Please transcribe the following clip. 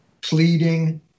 pleading